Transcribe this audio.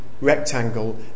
rectangle